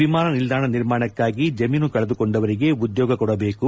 ವಿಮಾನ ನಿಲ್ಲಾಣ ನಿರ್ಮಾಣಕಾಗಿ ಜಮೀನು ಕಳೆದುಕೊಂಡವರಿಗೆ ಉದ್ಯೋಗ ಕೊಡಬೇಕು